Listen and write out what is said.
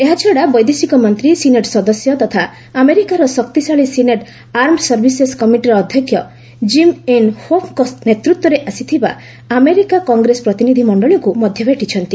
ଏହାଛଡ଼ା ବୈଦେଶିକମନ୍ତ୍ରୀ ସିନେଟ ସଦସ୍ୟ ତଥା ଆମେରିକାର ଶକ୍ତିଶାଳୀ ସିନେଟ୍ ଆର୍ମଡ୍ ସର୍ଭିସେସ୍ କମିଟିର ଅଧ୍ୟକ୍ଷ ଜିମ୍ ଇନ୍ ହୋଫ୍ଙ୍କ ନେତୃତ୍ୱରେ ଆସିଥିବା ଆମେରିକା କଂଗ୍ରେସ ପ୍ରତିନିଧି ମଣ୍ଡଳୀକୁ ମଧ୍ୟ ଭେଟିଛନ୍ତି